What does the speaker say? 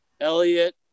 Elliot